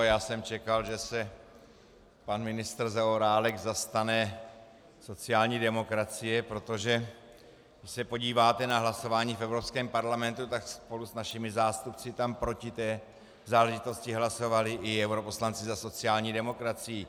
Já jsem čekal, že se pan ministr Zaorálek zastane sociální demokracie, protože když se podíváte na hlasování v Evropském parlamentu, tak spolu s našimi zástupci tam proti té záležitosti hlasovali i europoslanci za sociální demokracii.